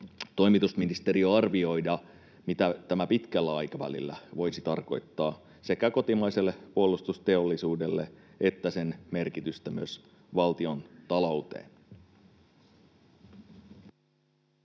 toimitusministeristö arvioida sekä sitä, mitä tämä pitkällä aikavälillä voisi tarkoittaa kotimaiselle puolustusteollisuudelle, että sen merkitystä myös valtiontaloudelle?